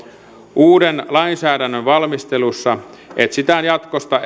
uuden lainsäädännön valmistelussa etsitään jatkossa